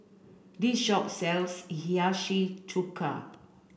this shop sells Hiyashi Chuka